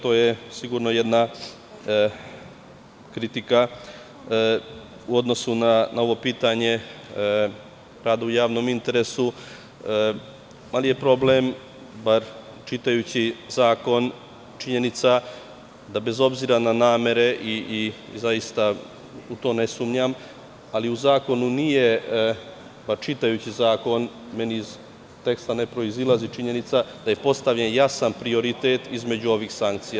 To je sigurno jedna kritika u odnosu na ovo pitanje rada u javnom interesu, ali je problem, bar čitajući zakon, činjenica da bez obzira na namere, u to ne sumnjam, ali čitajući zakon iz teksta ne proizilazi činjenica da je postavljen jasan prioritet između ovih sankcija.